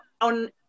on